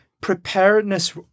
preparedness